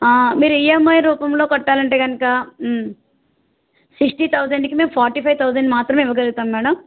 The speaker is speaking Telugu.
మీరు ఈఏమ్ఐ రూపంలో కట్టాలి అనుకుంటే కనుక సిక్స్టీ థౌజండ్కి మేము ఫోర్టీ ఫైవ్ థౌజండ్ మాత్రమే ఇవ్వగలుగుతాము మేడం